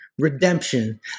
Redemption